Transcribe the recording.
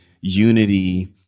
unity